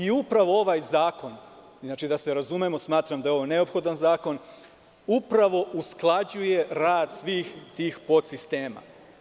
Upravo ovaj zakon, inače, da se razumemo, smatram da je ovo neophodan zakon, upravo usklađuje rad svih tih podsistema.